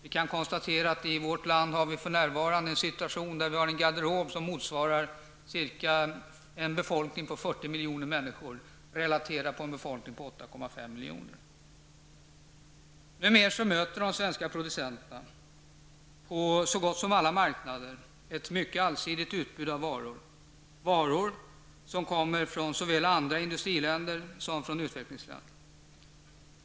I vårt land är situationen för närvarande den, att vi har en garderob som motsvarar en befolkning på ca 40 miljoner människor relaterat till en befolkning på 8,5 miljoner. Numera möter de svenska producenterna på så gott som alla marknader ett mycket allsidigt utbud av varor, varor som kommer från såväl andra industriländer som från utvecklingsländer.